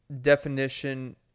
definition